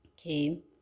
Okay